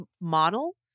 model